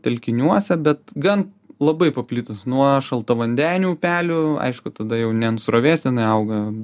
telkiniuose bet gan labai paplitus nuo šaltavandenių upelių aišku tada jau ne ant srovės jinai auga